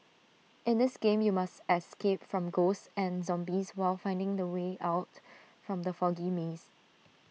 in this game you must escape from ghosts and zombies while finding the way out from the foggy maze